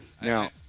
Now